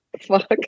Fuck